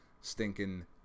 stinking